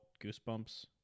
goosebumps